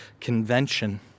Convention